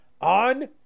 On